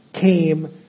came